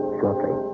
shortly